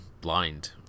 blind